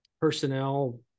personnel